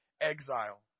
exile